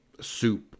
soup